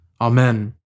Amen